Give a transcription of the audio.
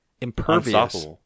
impervious